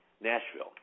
Nashville